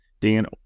Dan